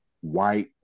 white